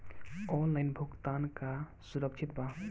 Online भुगतान का सुरक्षित बा?